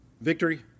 Victory